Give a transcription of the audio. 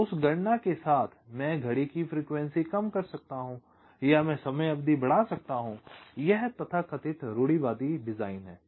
तो उस गणना के साथ मैं घड़ी की फ्रीक्वेंसी कम कर सकता हूं या मैं समय अवधि बढ़ा सकता हूं यह तथाकथित रूढ़िवादी डिजाइन है